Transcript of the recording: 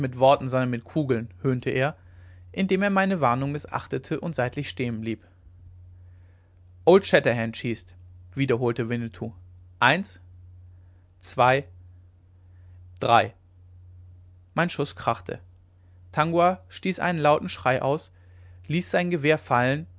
worten sondern mit kugeln höhnte er indem er meine warnung mißachtete und seitlich stehen blieb old shatterhand schießt wiederholte winnetou eins zwei drei mein schuß krachte tangua stieß einen lauten schrei aus ließ sein gewehr fallen